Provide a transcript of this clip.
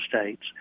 states